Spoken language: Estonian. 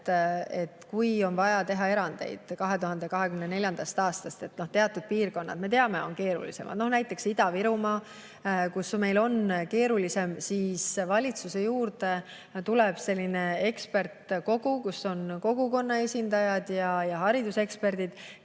et kui on vaja teha erandeid 2024. aastast, sest teatud piirkonnad, nagu me teame, on keerulisemad, näiteks Ida-Virumaa, kus meil on keerulisem, siis valitsuse juurde tuleb selline eksperdikogu, kus on kogukonna esindajad ja hariduseksperdid,